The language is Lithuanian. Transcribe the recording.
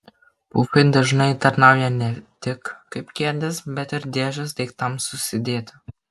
pufai dažnai tarnauja ne tik kaip kėdės bet ir dėžės daiktams susidėti